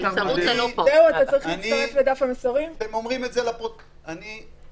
טוב